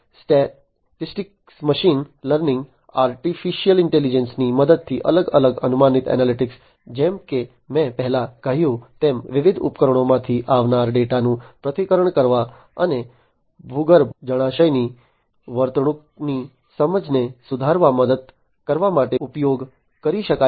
તેથી statistics machine learning artificial intelligence ની મદદથી અલગ અલગ અનુમાનિત એનાલિટિક્સ જેમ કે મેં પહેલા કહ્યું તેમ વિવિધ ઉપકરણોમાંથી આવનારા ડેટાનું પૃથ્થકરણ કરવા અને ભૂગર્ભ જળાશયની વર્તણૂકની સમજને સુધારવામાં મદદ કરવા માટે ઉપયોગ કરી શકાય છે